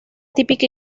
típica